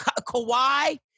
Kawhi